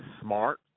smart